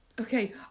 okay